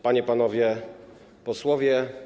Panie i Panowie Posłowie!